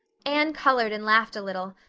anne colored and laughed a little,